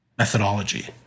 methodology